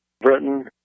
Britain